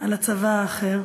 על הצבא האחר.